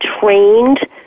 trained